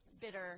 bitter